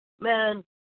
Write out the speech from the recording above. man